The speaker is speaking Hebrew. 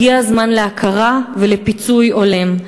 הגיע הזמן להכרה ולפיצוי הולם.